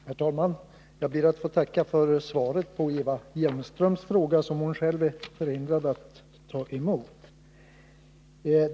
Herr talman! Jag ber att få tacka för svaret på Eva Hjelmströms fråga, vilket hon själv är förhindrad att ta emot.